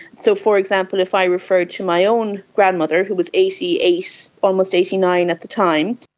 so, for example, if i referred to my own grandmother, who was eighty eight, almost eighty nine at the time,